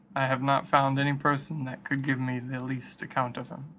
i have not found any person that could give me the least account of him.